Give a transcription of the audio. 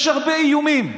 יש הרבה איומים.